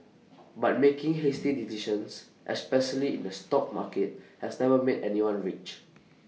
but making hasty decisions especially in the stock market has never made anyone rich